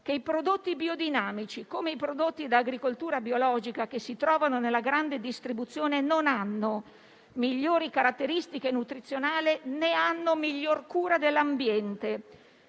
che i prodotti biodinamici, come i prodotti da agricoltura biologica che si trovano nella grande distribuzione, non hanno migliori caratteristiche nutrizionali, né hanno miglior cura dell'ambiente,